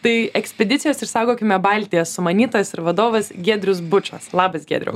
tai ekspedicijos išaugokime baltiją sumanytojas ir vadovas giedrius bučas labas giedriau